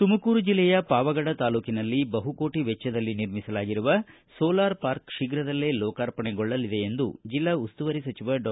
ತುಮಕೂರು ಜಿಲ್ಲೆಯ ಪಾವಗಡ ತಾಲೂಕಿನಲ್ಲಿ ಬಹುಕೋಟ ವೆಚ್ಚದಲ್ಲಿ ನಿರ್ಮಿಸಲಾಗಿರುವ ಸೋಲಾರ್ ಪಾರ್ಕೆ ಶೀಘದಲ್ಲೇ ರೋಕಾರ್ಪಣೆಗೊಳ್ಳಲಿದೆ ಎಂದು ಜಿಲ್ಲಾ ಉಸ್ತುವಾರಿ ಸಚಿವ ಡಾ